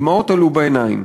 דמעות עלו בעיניים.